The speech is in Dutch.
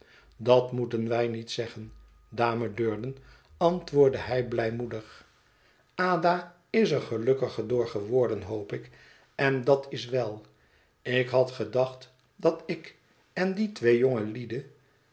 dat moeten wij niet zeggen dame durden antwoordde hij blijmoedig ada is er gelukkiger door geworden hoop ik en dat is wel ik had gedacht dat ik en die twee